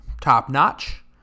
Top-notch